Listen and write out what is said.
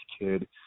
kid